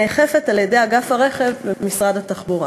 הנאכפת על-ידי אגף הרכב במשרד התחבורה.